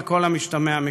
על כל המשתמע מכך.